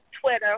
Twitter